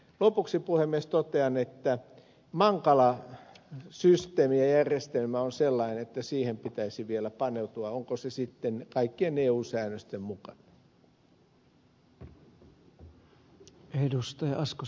lopuksi puhemies totean että mankala systeemi ja järjestelmä on sellainen että siihen pitäisi vielä paneutua onko se sitten kaikkien eu säännösten mukainen